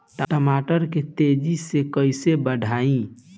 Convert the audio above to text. टमाटर के तेजी से कइसे बढ़ाई?